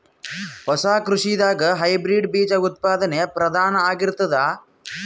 ಹೊಸ ಕೃಷಿದಾಗ ಹೈಬ್ರಿಡ್ ಬೀಜ ಉತ್ಪಾದನೆ ಪ್ರಧಾನ ಆಗಿರತದ